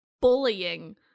bullying